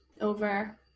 over